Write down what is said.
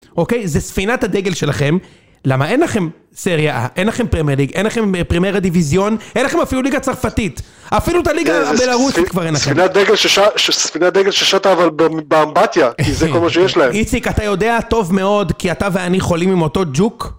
אוקיי, זו ספינת הדגל שלכם, למה אין לכם סרייה A, אין לכם פרימיירה דיוויזיון, אין לכם אפילו ליגה צרפתית, אפילו את הליגה בלרוסית כבר אין לכם. ספינת דגל ששתה אבל באמבטיה, כי זה כל מה שיש להם. איציק, אתה יודע טוב מאוד כי אתה ואני חולים עם אותו ג'וק?